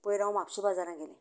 पयर हांव म्हापशें बाजारांत गेलें